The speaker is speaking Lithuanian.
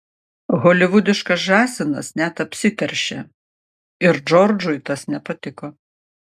holivudiškas žąsinas net apsiteršė ir džordžui tas nepatiko